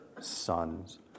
sons